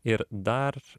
ir dar